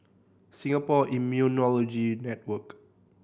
Singapore Immunology Network